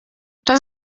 das